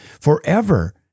forever